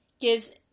gives